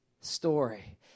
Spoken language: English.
story